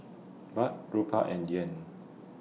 Baht Rupiah and Yen